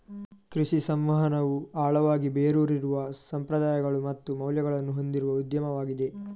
ಕೃಷಿ ಸಂವಹನವು ಆಳವಾಗಿ ಬೇರೂರಿರುವ ಸಂಪ್ರದಾಯಗಳು ಮತ್ತು ಮೌಲ್ಯಗಳನ್ನು ಹೊಂದಿರುವ ಉದ್ಯಮವಾಗಿದೆ